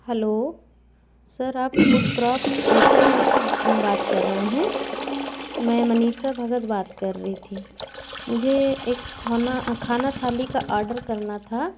hello sir आप food craft restaurant से बात कर रहे हैं मैं मनीषा भगत बात कर रही थी मुझे एक खाना खाना थाली का आर्डर करना था